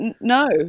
no